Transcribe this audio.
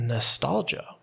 Nostalgia